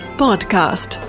podcast